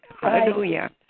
hallelujah